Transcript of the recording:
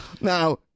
Now